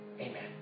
Amen